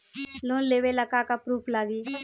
Loan लेबे ला का का पुरुफ लागि?